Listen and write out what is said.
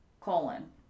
colon